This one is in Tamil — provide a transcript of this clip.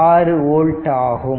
6 ஓல்ட் ஆகும்